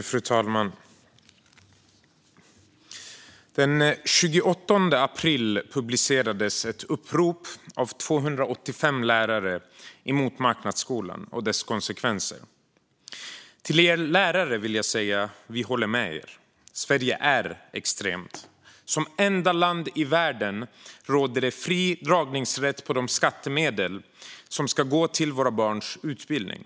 Fru talman! Den 28 april publicerades ett upprop av 285 lärare mot marknadsskolan och dess konsekvenser. Till er lärare vill jag säga: Vi håller med er. Sverige är extremt. Som enda land i världen har Sverige fri dragningsrätt på de skattemedel som ska gå till våra barns utbildning.